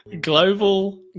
Global